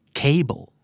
cable